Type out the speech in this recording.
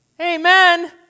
Amen